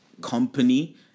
company